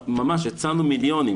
הצענו מיליונים,